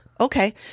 okay